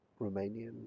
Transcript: Romanian